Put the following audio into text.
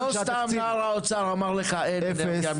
לא סתם שר האומר אמר לך אפס.